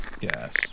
Yes